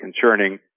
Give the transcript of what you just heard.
concerning